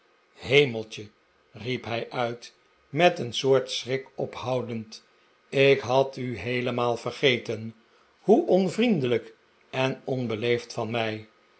hemeltje riep hij uit met een soort schrik ophoudend ik had u heelemaal vergeten hoe onvriendelijk en onbeleefd van mij